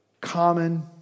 common